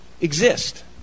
exist